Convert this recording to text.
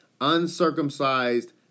uncircumcised